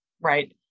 right